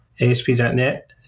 ASP.NET